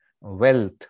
wealth